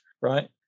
right